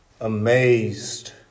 amazed